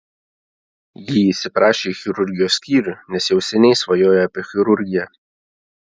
ji įsiprašė į chirurgijos skyrių nes jau seniai svajojo apie chirurgiją